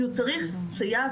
כי הוא צריך סייעת,